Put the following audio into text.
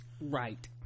right